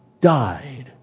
died